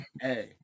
Hey